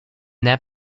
that